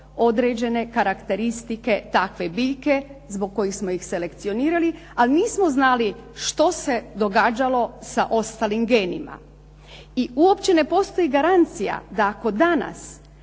određene karakteristike takve biljke zbog kojih smo ih selekcionirali a nismo znali što se događalo sa ostalim genima. I uopće ne postoji garancija da ako danas